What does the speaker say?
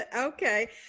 Okay